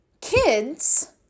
kids